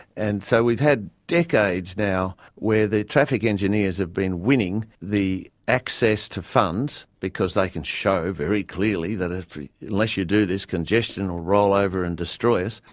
and so we've had decades now where the traffic engineers have been winning the access to funds because they can show very clearly that unless you do this, congestion will roll over and destroy us.